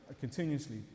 continuously